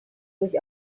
durch